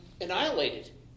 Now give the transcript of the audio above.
Annihilated